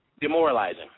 demoralizing